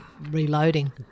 reloading